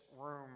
room